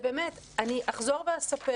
באמת, אני אחזור ואספר